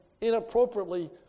inappropriately